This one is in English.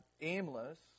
aimless